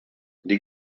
die